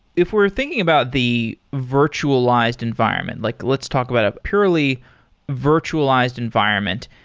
if we're thinking about the virtualized environment. like let's talk about a purely virtualized environment.